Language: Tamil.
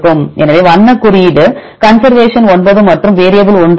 எனவே வண்ண குறியீடு கன்சர்வேஷன் 9 மற்றும் வேரியபல் 1 உள்ளது